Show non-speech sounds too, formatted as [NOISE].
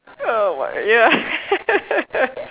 uh what ya [LAUGHS]